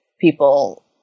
people –